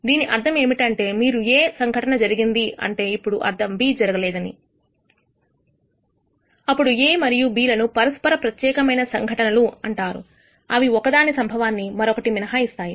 దీని అర్థం ఏమిటంటే మీరు A సంఘటన జరిగినది అంటే ఇప్పుడు అర్థం B జరగలేదని అప్పుడు A మరియు B లను పరస్పర ప్రత్యేకమైన సంఘటనలు అంటారు అవి ఒకదాని సంభవాన్ని మరొకటి మినహా ఇస్తాయి